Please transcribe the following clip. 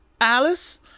Alice